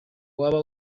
waba